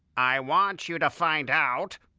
i want you to find out.